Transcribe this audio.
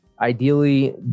Ideally